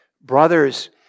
Brothers